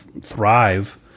thrive